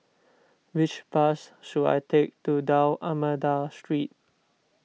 which bus should I take to D'Almeida Street